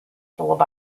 followed